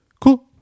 Cool